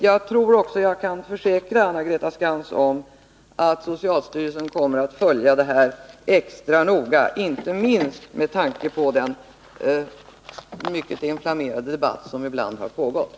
Jag tror också att jag kan försäkra Anna-Greta Skantz om att socialstyrelsen kommer att följa detta extra noga, inte minst med tanke på den mycket inflammerade debatt som ibland har förts.